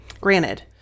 granted